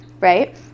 Right